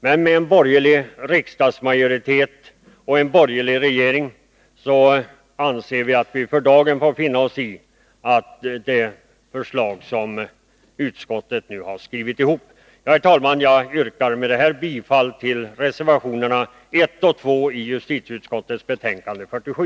Men med en borgerlig riksdagsmajoritet och en borgerlig regering får vi för dagen finna oss i att det förslag som utskottet har skrivit ihop går igenom. Herr talman! Jag yrkar med detta bifall till reservationerna 1 och 2 som är fogade till justitieutskottets betänkande 47.